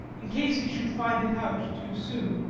in case he should find it out too soon,